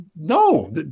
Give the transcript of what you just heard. no